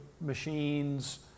machines